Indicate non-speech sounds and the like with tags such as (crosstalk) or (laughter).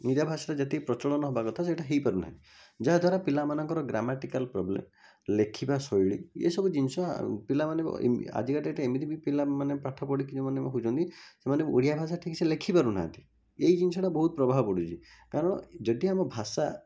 ନିଜ ଭାଷା ଯେତିକି ପ୍ରଚଳନ ହେବା କଥା ସେଇଟା ହୋଇପାରୁ ନାହିଁ ଯାହା ଦ୍ଵାରା ପିଲାମାନଙ୍କର ଗ୍ରାମାଟିକାଲ୍ ପ୍ରୋବ୍ଲେମ୍ ଲେଖିବା ଶୈଳୀ ଏସବୁ ଜିନିଷ ପିଲାମାନେ (unintelligible) ଆଜିକା ଡେଟ୍ରେ ଏମିତିକି ପିଲାମାନେ ପାଠ ପଢ଼ିକି ମାନେ ହେଉଛନ୍ତି ସେମାନେ ଓଡ଼ିଆ ଭାଷା ଠିକ୍ସେ ଲେଖି ପାରୁନାହାନ୍ତି ଏଇ ଜିନିଷଟା ବହୁତ ପ୍ରଭାବ ପଡୁଛି କାରଣ ଯଦି ଆମ ଭାଷା